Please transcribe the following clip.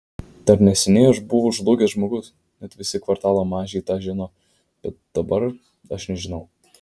dar neseniai aš buvau žlugęs žmogus net visi kvartalo mažiai tą žino bet dabar aš nežinau